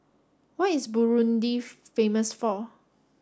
what is Burundi famous for